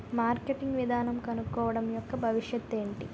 Marketing విధానం కనుక్కోవడం యెక్క భవిష్యత్ ఏంటి?